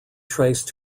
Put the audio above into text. traced